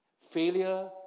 Failure